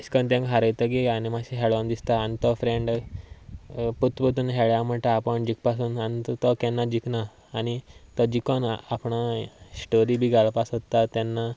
तशें करून तांकां हारायतकच आनी मात्शें खेळून दिसता आनी तो फ्रेंड पोत परतून खेळया म्हणटा आपूण जीख पासून आनी तो केन्ना जिखना आनी तो जिखून आपणा स्टोरी बी घालपाक सोदता तेन्ना